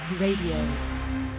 Radio